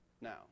now